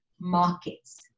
markets